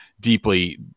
deeply